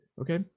Okay